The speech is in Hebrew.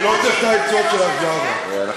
אני לא צריך את העצות שלך, זהבה.